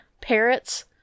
parrots